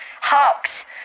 hawks